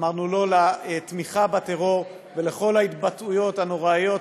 אמרנו "לא" לתמיכה בטרור ולכל ההתבטאויות הנוראיות